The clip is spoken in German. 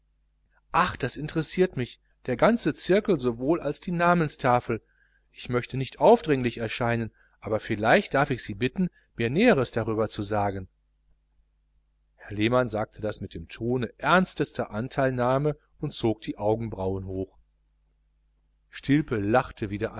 ach das interessiert mich der ganze zirkel sowohl als die namenstafel ich möchte nicht aufdringlich erscheinen aber vielleicht darf ich sie bitten mir näheres darüber zu sagen herr lehmann sagte das mit dem tone ernstester anteilnahme und zog die augenbrauen hoch stilpe lachte wieder